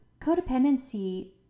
codependency